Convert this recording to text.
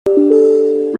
reading